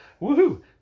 Woohoo